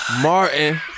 Martin